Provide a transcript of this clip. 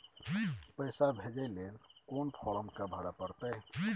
पैसा भेजय लेल कोन फारम के भरय परतै?